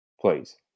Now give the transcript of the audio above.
please